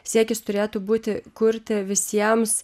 siekis turėtų būti kurti visiems